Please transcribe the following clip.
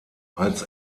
als